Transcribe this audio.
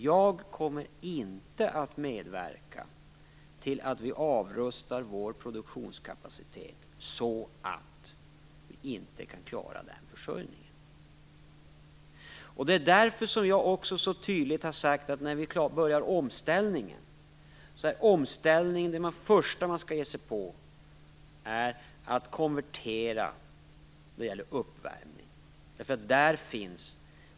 Jag kommer inte att medverka till att vi avrustar vår produktionskapacitet så att vi inte kan klara den försörjningen. Det är därför jag så tydligt har sagt att det första man skall ge sig på när man börjar omställningen är att konvertera då det gäller uppvärmning.